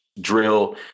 drill